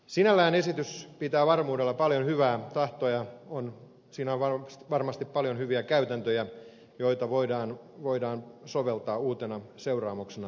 sinällään esitys pitää varmuudella paljon hyvää tahtoa sisällään ja siinä on varmasti paljon hyviä käytäntöjä joita voidaan soveltaa uutena seuraamuksena rikoksista